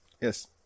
yes